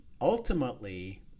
ultimately